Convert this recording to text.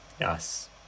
yes